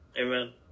Amen